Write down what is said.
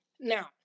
Now